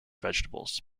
vegetables